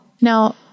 Now